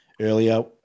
earlier